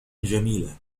جميلة